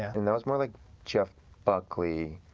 and that was more like jeff buckley.